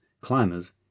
climbers